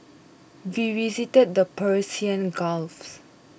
we visited the Persian Gulf's